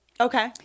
Okay